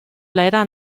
leider